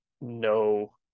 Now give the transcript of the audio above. no